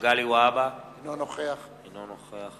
מגלי והבה, אינו נוכח